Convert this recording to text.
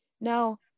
now